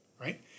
Right